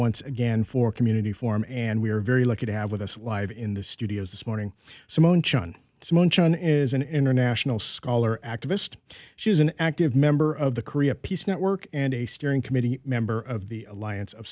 once again for community form and we're very lucky to have with us live in the studio this morning so munch on to munch on is an international scholar activist she is an active member of the korea peace network and a steering committee member of the alliance of